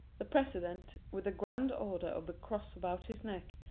the president, with the grand order of the cross about his neck,